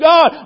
God